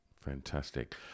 Fantastic